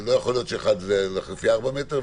לא יכול להיות שאחד ילך לפי 4 מטר,